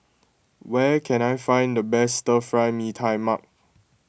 where can I find the best Stir Fry Mee Tai Mak